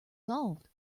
solved